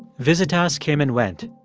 visitas came and went.